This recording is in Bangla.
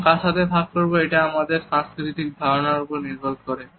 এবং কার সাথে ভাগ করব এটা আমাদের সাংস্কৃতিক ধারণার ওপর নির্ভর করে